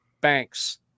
Banks